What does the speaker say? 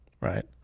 right